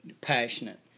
passionate